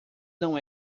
não